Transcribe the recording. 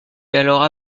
alors